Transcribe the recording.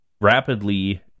Rapidly